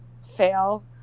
fail